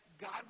God